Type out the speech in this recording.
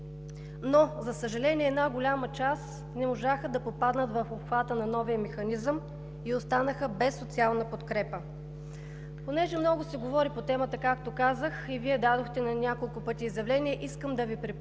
Но, за съжаление, една голяма част не можаха да попаднат в обхвата на новия механизъм и останаха без социална подкрепа. Понеже много се говори по темата, както казах, и Вие дадохте на няколко пъти изявления, искам да Ви припомня,